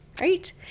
right